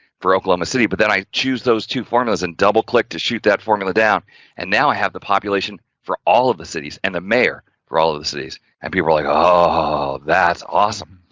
for oklahoma city but then, i choose those two formulas and double click to shoot that formula down and now i have the population for all of the cities and the mayor for all of the cities and people are like, ohhh! that's awesome.